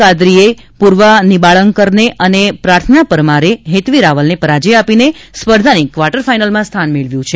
કાદરીએ પૂર્વા નીંબાળકરને અને પ્રાર્થના પરમારે હેત્વી રાવલને પરાજ્ય આપીને સ્પર્ધાની ક્વાર્ટર ફાઇનલમાં સ્થાન મેળવ્યું છે